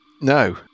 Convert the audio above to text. No